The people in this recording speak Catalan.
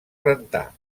rentar